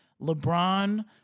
LeBron